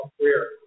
career